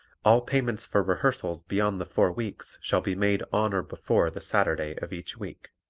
all payments for rehearsals beyond the four weeks shall be made on or before the saturday of each week.